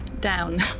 Down